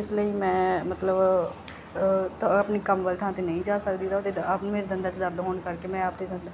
ਇਸ ਲਈ ਮੈਂ ਮਤਲਬ ਤ ਆਪਣੀ ਕੰਮ ਵਾਲੀ ਥਾਂ 'ਤੇ ਨਹੀਂ ਜਾ ਸਕਦੀ ਤੁਹਾਡੇ ਦ ਆਪ ਮੇਰੇ ਦੰਦਾਂ 'ਚ ਦਰਦ ਹੋਣ ਕਰਕੇ ਮੈਂ ਆਪਣੇ ਦੰਦ